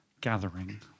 gathering